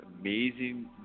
amazing